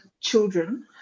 children